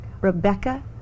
Rebecca